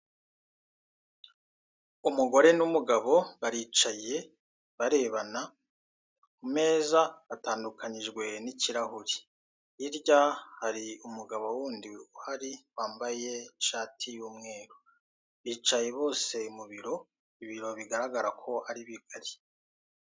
Umugore n'umugabo baricaye barebana ku ameza, batandukanyijwe n'ikirahuri , hirya hari umgabo wundi uhari wambaye ishati y'umweru bicaye bose mu biro, ibiro bigaragar ko ari bigari.